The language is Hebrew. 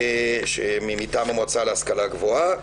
מטעם המועצה להשכלה גבוהה,